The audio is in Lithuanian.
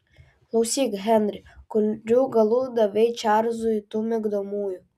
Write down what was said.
klausyk henri kurių galų davei čarlzui tų migdomųjų